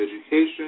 education